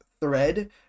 thread